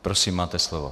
Prosím, máte slovo.